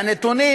והנתונים